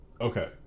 Okay